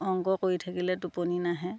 অংক কৰি থাকিলে টোপনি নাহে